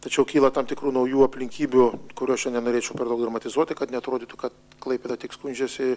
tačiau kyla tam tikrų naujų aplinkybių kurių aš čia nenorėčiau per daug dramatizuoti kad neatrodytų kad klaipėda tik skundžiasi